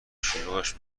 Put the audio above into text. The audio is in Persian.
شلوغش